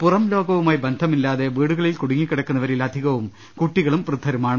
പുറം ലോകവുമായി ബന്ധമില്ലാതെ വീടുകളിൽ കുടുങ്ങിക്കിടക്കുന്നവരിൽ അധികവും കുട്ടികളും വൃദ്ധരുമാണ്